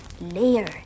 layer